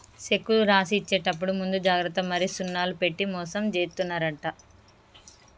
సెక్కులు రాసి ఇచ్చేప్పుడు ముందు జాగ్రత్త మరి సున్నాలు పెట్టి మోసం జేత్తున్నరంట